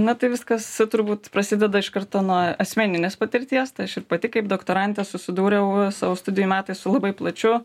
na tai viskas turbūt prasideda iš karto nuo asmeninės patirties tai aš ir pati kaip doktorantė susidūriau savo studijų metais su labai plačiu